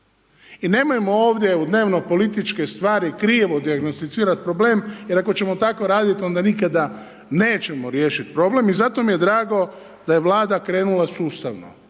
I nemojmo ovdje u dnevno političke stvari krivo dijagnosticirati problem jer ako ćemo tako raditi onda nikada nećemo riješiti problem i zato mi je drago da je Vlada krenula sustavno,